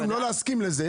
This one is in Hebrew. יכולים לא להסכים לו,